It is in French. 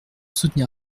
soutenir